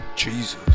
Jesus